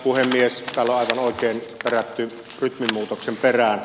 täällä on aivan oikein perätty rytminmuutosta